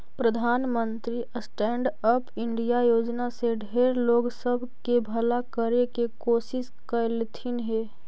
प्रधानमंत्री stand up India योजना से ढेर लोग सब के भला करे के कोशिश कयलथिन हे